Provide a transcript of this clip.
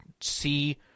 see